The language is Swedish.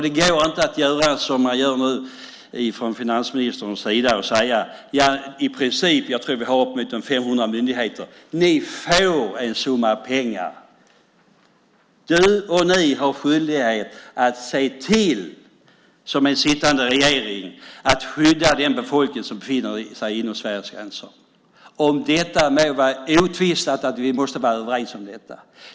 Det går inte att göra som finansministern nu gör och säga till de upp emot 500 myndigheter vi har: Ni får en summa pengar. Som sittande regering har ni skyldighet att se till att skydda den befolkning som befinner sig inom Sveriges gränser. Det må vara otvistat att vi måste vara överens om detta.